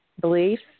beliefs